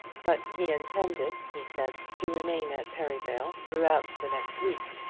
but he intended, he said, to remain at perivale throughout the next week,